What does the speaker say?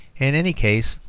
in any case,